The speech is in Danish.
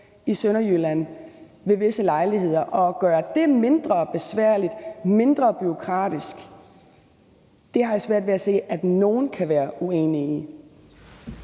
i Sønderjylland ved visse lejligheder, og at gøre det mindre besværligt og mindre bureaukratisk har jeg svært ved at se at nogen kan være uenig